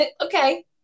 okay